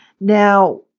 Now